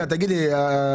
למה זה עד סוף שנת 2024?